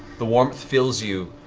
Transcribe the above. the warmth fills you,